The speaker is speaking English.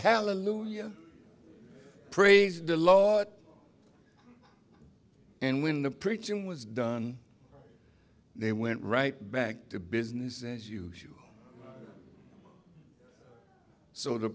hallelujah praise the lot and when the preaching was done they went right back to business as usual so the